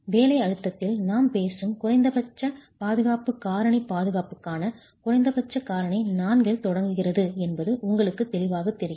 வேலை அழுத்தத்தில் நாம் பேசும் குறைந்தபட்ச பாதுகாப்பு காரணி பாதுகாப்புக்கான குறைந்தபட்ச காரணி 4 இல் தொடங்குகிறது என்பது உங்களுக்கு தெளிவாகத் தெரிகிறது